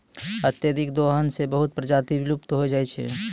अत्यधिक दोहन सें बहुत प्रजाति विलुप्त होय जाय छै